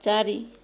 ଚାରି